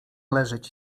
leżeć